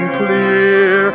clear